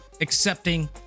accepting